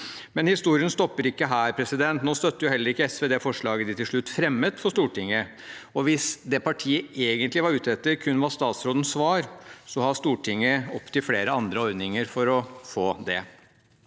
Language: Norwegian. Men historien stopper ikke her. Nå støtter heller ikke SV det forslaget de til slutt fremmet for Stortinget. Hvis det partiet egentlig var ute etter, kun var statsrådens svar, har Stortinget opptil flere andre ordninger for det.